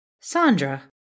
Sandra